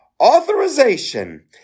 Authorization